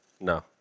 no